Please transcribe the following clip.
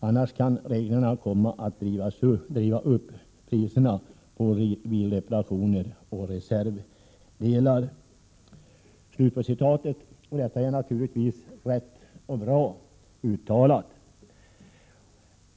Annars kan reglerna komma att driva upp priserna på bilreparationer och reservdelar.” Detta är naturligtvis riktigt och bra uttalat.